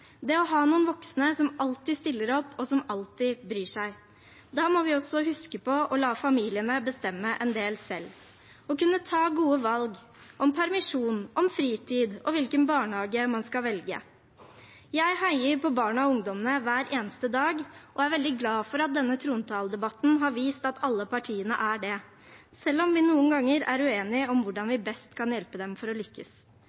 det å ha noen voksne som alltid stiller opp, og som alltid bryr seg. Da må vi også huske på å la familiene bestemme en del selv – for å kunne ta gode valg om permisjon, om fritid og om hvilken barnehage man skal velge. Jeg heier på barna og ungdommene hver eneste dag og er veldig glad for at denne trontaledebatten har vist at alle partiene gjør det, selv om vi noen ganger er uenige om hvordan